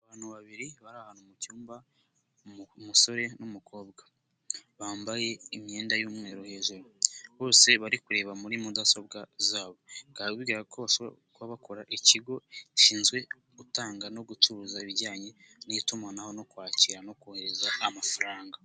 Abantu babiri bari ahantu mu cyumba umusore n'umukobwa bambaye imyenda y'umweru hejuru, bose bari kureba muri mudasobwa zabo, bikaba bigaragara ko bashobora kuba bakora ikigo gishinzwe gutanga no gucuruza ibijyanye n'itumanaho no kwakira no kohereza amafaranga.